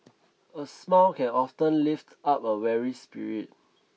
a smile can often lift up a weary spirit